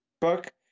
book